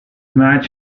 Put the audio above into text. match